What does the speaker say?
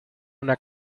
una